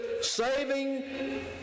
saving